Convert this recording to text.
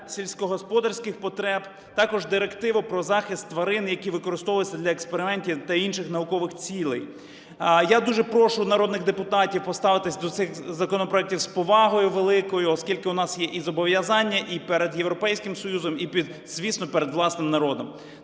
сільськогосподарських потреб. Також Директива про захист тварин, які використовуються для експериментів та інших наукових цілей. Я дуже прошу народних депутатів поставитись до цих законопроектів з повагою великою, оскільки у нас є і зобов'язання і перед Європейським Союзом, і, звісно, перед власним народом.